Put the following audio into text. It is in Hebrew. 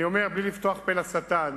אני אומר, בלי לפתוח פה לשטן